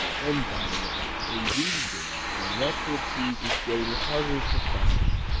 and by the way, in these days when natural cheese is getting harder to find,